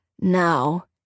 Now